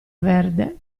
verde